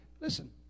listen